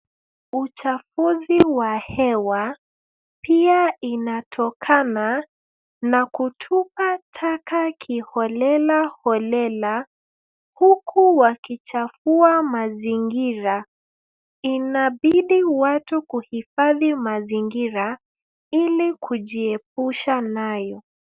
Uchafuzi wa hewa, pia inatokana na kutupa taka kiholelaholela huku wakichafua mazingira. Inabidi watu kuhifadhi mazingira, ili kujiepusha nayo.